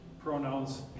Pronouns